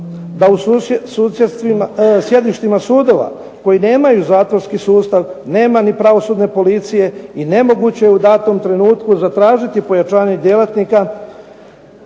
da u sjedištima sudova koji nemaju zatvorski sustav nema ni pravosudne policije i nemoguće je u datom trenutku zatražiti pojačanje djelatnika